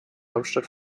hauptstadt